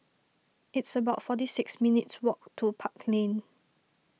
it's about forty six minutes' walk to Park Lane